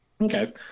Okay